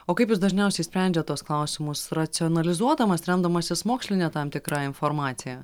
o kaip jūs dažniausiai sprendžiat tuos klausimus racionalizuodamas remdamasis moksline tam tikra informacija